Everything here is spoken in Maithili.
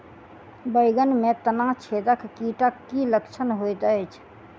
बैंगन मे तना छेदक कीटक की लक्षण होइत अछि?